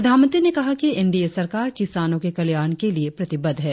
प्रधानमंत्री ने कहा कि एनडीए सरकार किसानों के कल्याण के लिए प्रतिबद्ध है